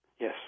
Yes